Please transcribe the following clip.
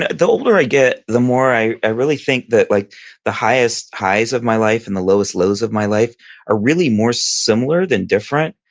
ah the older i get, the more i really think that like the highest highs of my life and the lowest lows of my life are really more similar than different.